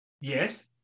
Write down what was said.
Yes